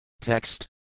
TEXT